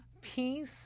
Peace